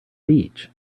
beach